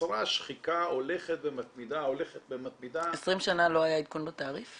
נוצרה שחיקה הולכת ומתמידה -- 20 שנה לא היה עדכון בתעריף?